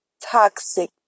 Toxic